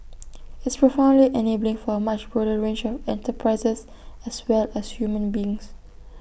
it's profoundly enabling for A much broader range of enterprises as well as human beings